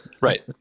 Right